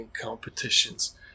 competitions